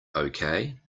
okay